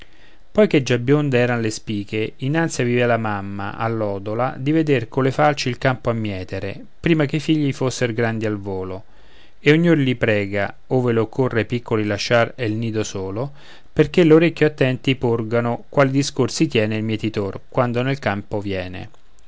poi che già bionde eran le spiche in ansia vivea la mamma allodola di veder colle falci il campo a mietere prima che i figli fosser grandi al volo e ognor li prega ove le occorra i piccoli lasciar e il nido solo perché l'orecchio attenti porgano quali discorsi tiene il mietitor quando nel campo viene